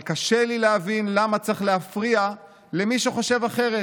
אבל קשה לי להבין למה צריך להפריע למי שחושב אחרת.